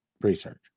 research